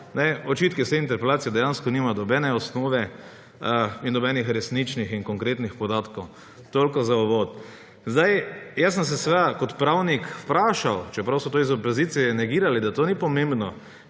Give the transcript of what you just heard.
Očitki iz te interpelacije dejansko nimajo nobene osnove in nobenih resničnih in konkretnih podatkov. Toliko za uvod. Seveda sem se kot pravnik vprašal, čeprav so to iz opozicije negirali, da to ni pomembno,